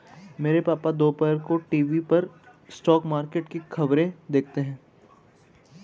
मेरे पापा दोपहर को टीवी पर स्टॉक मार्केट की खबरें देखते हैं